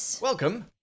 Welcome